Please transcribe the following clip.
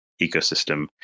ecosystem